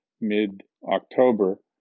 mid-october